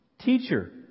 Teacher